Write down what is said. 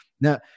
Now